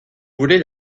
voulez